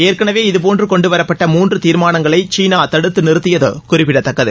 ஏற்கெனவே இதுபோன்று கொண்டுவரப்பட்ட மூன்று தீர்மானங்களை சீனா நிறுத்தியது தடுத்து குறிப்பிடதக்கது